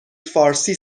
فارسی